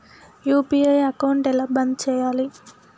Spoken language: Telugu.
యూ.పీ.ఐ అకౌంట్ ఎలా బంద్ చేయాలి?